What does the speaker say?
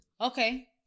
Okay